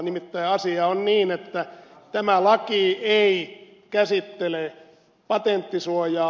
nimittäin asia on niin että tämä laki ei käsittele patenttisuojaa